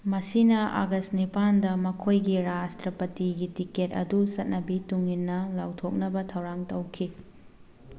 ꯃꯁꯤꯅꯥ ꯑꯒꯁ ꯅꯤꯄꯥꯟꯗ ꯃꯈꯣꯏꯒꯤ ꯔꯥꯁꯇ꯭ꯔꯄꯇꯤꯒꯤ ꯇꯤꯀꯦꯠ ꯑꯗꯨ ꯆꯠꯅꯕꯤ ꯇꯨꯡꯏꯟꯅ ꯂꯥꯎꯊꯣꯛꯅꯕ ꯊꯧꯔꯥꯡ ꯇꯧꯈꯤ